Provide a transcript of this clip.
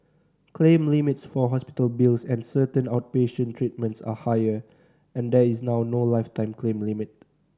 claim limits for hospital bills and certain outpatient treatments are higher and there is now no lifetime claim limit